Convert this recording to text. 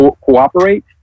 cooperate